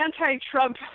anti-Trump